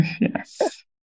Yes